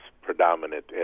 predominant